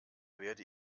werde